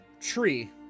tree